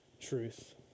truth